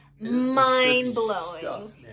mind-blowing